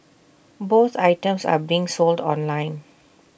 both items are being sold online